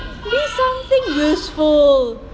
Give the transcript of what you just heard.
be something useful